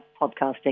podcasting